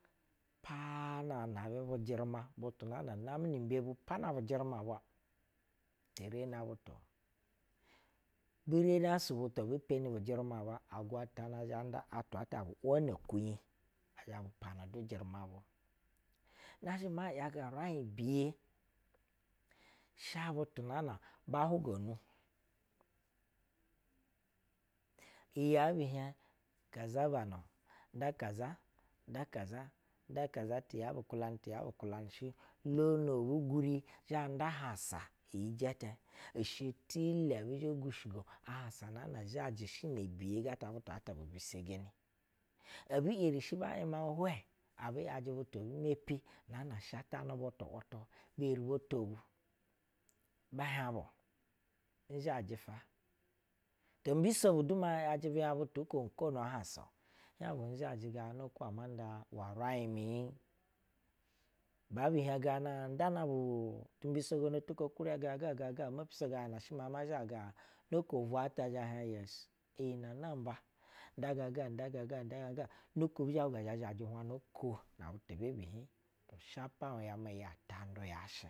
Aa na muna ana vwɛ jɛruma butu na namɛ nu umbe tu jɛ jɛruma bwa peni bu jɛruma bwa agwatana zhɛ nda atwa na bu wane kwunyi zhɛ bupana du jɛruma ta yashɛ ma aba nda biye sha butu nan a ba huga unu iyi ɛbi hiɛŋ zasabana nda kaza nda ti ya bu kwulanɛ ti yabu kwulanɛ shɛ lone ebu guri nan da hausa iyi gɛtɛ ishɛ iwɛ bizhɛ gushigo ahansa na zhɛ sha biye ga ta bug a kuba shɛ shi ba ‘yima iŋhwɛ, abi ‘yajɛ butu na mepi imɛ patanɛ butu bi eri bo to bu bɛ hiɛŋ bu zhajɛ to mbiso budu ma ‘yajɛ binyɛ butu ko kwona ahansa ganana ku nga zha ma nda uwɛ raiŋ mu? Bɛ bi hieŋ ga na, ndana bu ti mbisogono tu ko kurɛ gaga ga na ɛhɛ ma ma zhaga. Nook ubwatu zhɛ hiɛŋ to iyi nɛ namba nda gaga nda gaga nda gaga nook ubwa ta bɛ zhaŋ nda na bwa ko shapa wala ga.